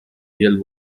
real